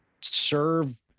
serve